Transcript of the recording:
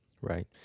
Right